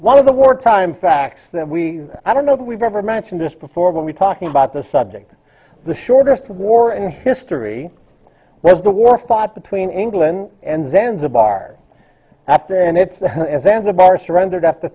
one of the war time facts that we i don't know that we've ever mentioned this before but we're talking about the subject the shortest war in history was the war fought between england and then the bar after and it's as as a bar surrendered after